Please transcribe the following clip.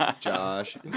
Josh